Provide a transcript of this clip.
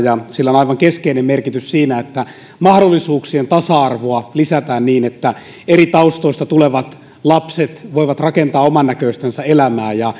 sillä on aivan keskeinen merkitys siinä että mahdollisuuksien tasa arvoa lisätään niin että eri taustoista tulevat lapset voivat rakentaa omannäköistänsä elämää